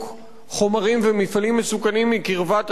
ומפעלים מסוכנים מקרבת ריכוזי אוכלוסייה.